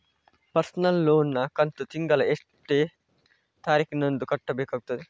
Personal loan ನ ಕಂತು ತಿಂಗಳ ಎಷ್ಟೇ ತಾರೀಕಿನಂದು ಕಟ್ಟಬೇಕಾಗುತ್ತದೆ?